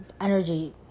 energy